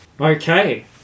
Okay